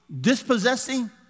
dispossessing